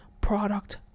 product